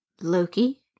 Loki